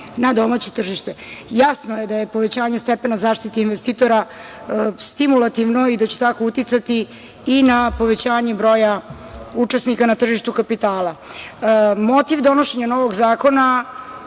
na domaće tržište. Jasno je da je povećanje stepena zaštite investitora stimulativno i da će tako uticati i na povećanje broja učesnika na tržištu kapitala. Motiv donošenja novog zakona,